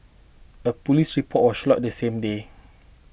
a police report was lodged that same day